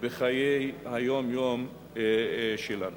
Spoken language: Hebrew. בחיי היום-יום שלנו.